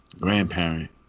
grandparent